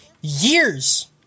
years